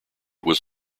was